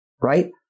right